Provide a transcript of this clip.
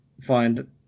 find